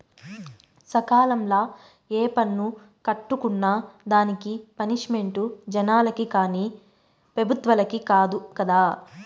సకాలంల ఏ పన్ను కట్టుకున్నా దానికి పనిష్మెంటు జనాలకి కానీ పెబుత్వలకి కాదు కదా